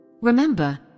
Remember